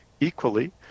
equally